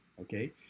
okay